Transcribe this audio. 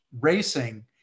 racing